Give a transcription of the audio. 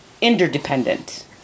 interdependent